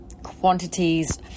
quantities